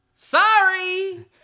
Sorry